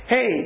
Hey